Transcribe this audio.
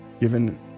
given